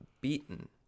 beaten